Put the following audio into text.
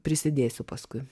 prisidėsiu paskui